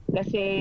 Kasi